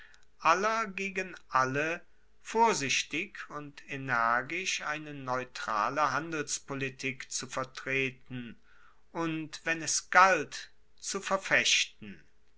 aller gegen alle vorsichtig und energisch eine neutrale handelspolitik zu vertreten und wenn es galt zu verfechten